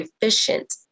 efficient